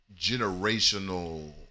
generational